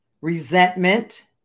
resentment